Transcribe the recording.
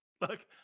Look